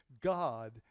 God